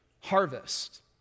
harvest